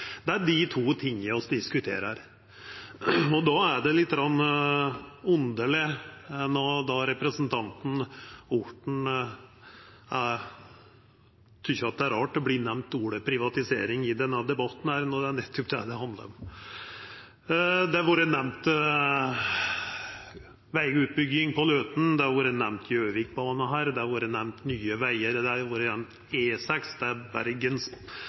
Det er dei to tinga vi diskuterer. Då er det lite grann underleg at representanten Orten tykkjer det er rart at ordet «privatisering» vert nemnt i debatten, når det er nettopp det det handlar om. Vegutbygging på Løten, Gjøvikbana og Nye Vegar har vore nemnde – E6, Bybanen i Bergen, Trondheim og jernbane og bybussar også. Det er utruleg mykje som vert lagt inn i ein slik debatt. Senterpartiets inngang til